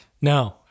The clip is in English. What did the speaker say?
no